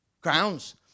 Crowns